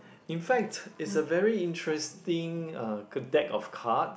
in fact it's a very interesting uh good deck of card